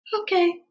okay